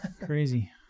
crazy